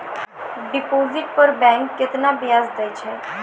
Deposit पर bank केतना ब्याज दै छै?